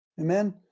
Amen